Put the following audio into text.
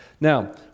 Now